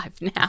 now